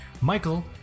Michael